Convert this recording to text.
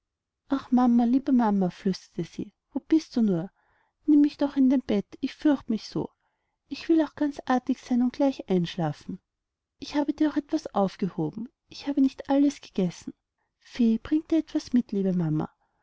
ach mama liebe mama flüsterte sie wo bist du nur nimm mich doch in dein bett ich fürchte mich so ich will auch ganz artig sein und gleich einschlafen ich habe dir auch etwas aufgehoben ich habe nicht alles gegessen fee bringt dir etwas mit liebe mama